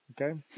okay